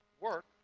work